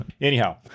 anyhow